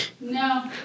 No